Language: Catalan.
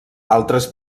altres